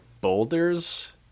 boulders